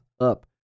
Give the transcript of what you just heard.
up